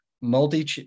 multi